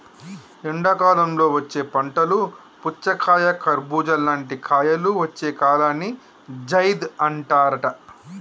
ఎండాకాలంలో వచ్చే పంటలు పుచ్చకాయ కర్బుజా లాంటి కాయలు వచ్చే కాలాన్ని జైద్ అంటారట